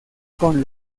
con